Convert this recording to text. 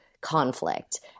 conflict